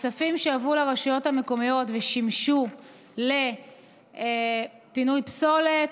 כספים שהועברו לרשויות המקומיות ושימשו לפינוי פסולת,